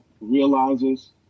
realizes